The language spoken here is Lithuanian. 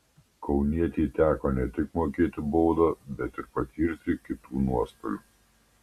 kaunietei teko ne tik mokėti baudą bet patirti ir kitų nuostolių